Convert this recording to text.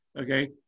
okay